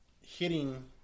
hitting